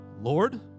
Lord